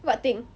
what thing